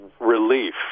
relief